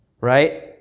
Right